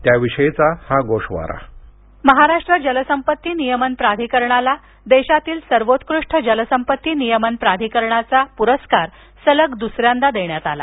त्याविषयीचा हा गोषवारा महाराष्ट्र जलसंपत्ती नियमन प्राधिकरणाला देशातील सर्वोत्कृष्ट जलसंपत्ती नियमन प्राधिकरणाचा सलग दुसऱ्यांदा पुरस्कार देण्यात आला